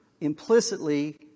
implicitly